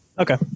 Okay